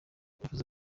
nifuza